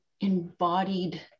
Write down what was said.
embodied